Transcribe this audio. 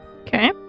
Okay